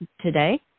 today